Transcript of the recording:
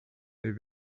they